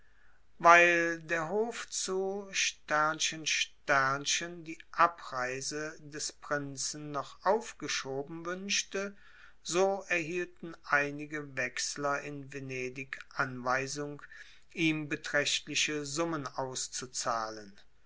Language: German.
weil der hof zu die abreise des prinzen noch aufgeschoben wünschte so erhielten einige wechsler in venedig anweisung ihm beträchtliche summen auszuzahlen